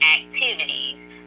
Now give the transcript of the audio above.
activities